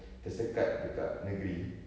tersekat dekat negeri